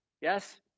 yes